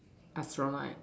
astronaut